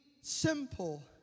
simple